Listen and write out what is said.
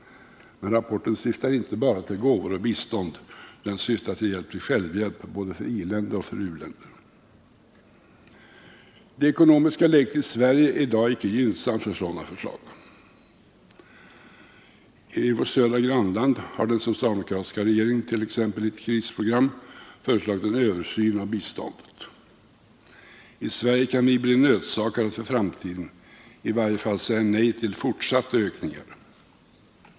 Men rapporten syftar inte bara till gåvor och bistånd — den syftar till hjälp till självhjälp både för i-länder och för u-länder. Det ekonomiska läget i dag i Sverige är icke gynnsamt för sådana förslag. I vårt södra grannland har den socialdemokratiska regeringen i ett krisprogram t.ex. föreslagit en översyn av biståndet. I Sverige kan vi bli nödsakade att för framtiden i varje fall säga nej till fortsatta ökningar.